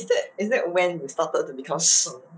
is that is that when you started to because 省